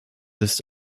ist